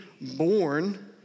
born